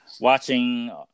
watching